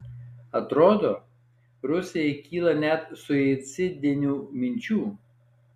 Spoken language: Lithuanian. atrodo rusijai kyla net suicidinių minčių